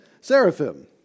Seraphim